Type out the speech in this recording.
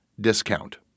discount